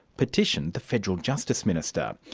petitioned the federal justice minister.